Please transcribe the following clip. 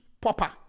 popper